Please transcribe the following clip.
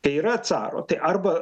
tai yra caro tai arba